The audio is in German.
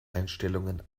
einstellungen